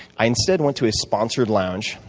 i instead went to a sponsored lounge,